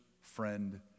friend